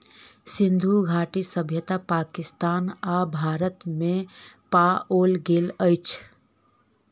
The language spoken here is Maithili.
सिंधु घाटी सभ्यता पाकिस्तान आ भारत में पाओल गेल अछि